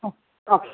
हाँ ओके